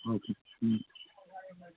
ওকে হুম